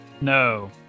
no